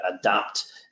adapt